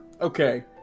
Okay